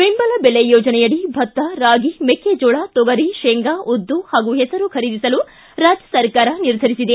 ಬೆಂಬಲ ಬೆಲೆ ಯೋಜನೆಯಡಿ ಭತ್ತ ರಾಗಿ ಮೆಕ್ಕೆಜೋಳ ತೊಗರಿ ತೇಂಗಾ ಉದ್ದು ಹಾಗೂ ಹೆಸರು ಖರೀದಿಸಲು ರಾಜ್ಯ ಸರ್ಕಾರ ನಿರ್ಧರಿಸಿದೆ